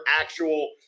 actual